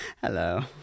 Hello